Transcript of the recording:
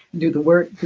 do the work,